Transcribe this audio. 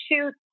shoot